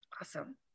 Awesome